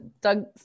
Doug